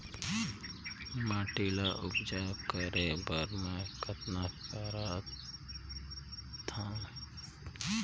माटी ल उपजाऊ करे बर मै कतना करथव?